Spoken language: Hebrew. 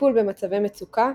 -בטיפול במצבי מצוקה,